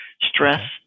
stress